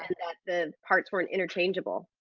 and that the parts weren't interchangeable.